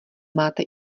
máte